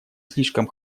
слишком